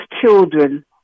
children